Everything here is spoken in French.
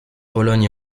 pologne